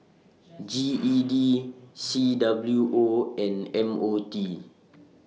G E D C W O and M O T